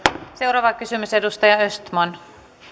seuraava kysymys edustaja östman